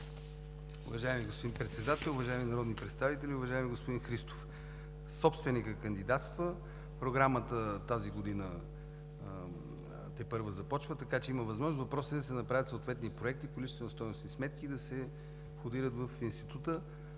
Уважаеми господин Председател, уважаеми народни представители! Уважаеми господин Христов, собственикът кандидатства. Програмата тази година тепърва започва, така че има възможност. Въпросът е да се направят съответните проекти и количествено-стойностни сметки и да се входират в Института.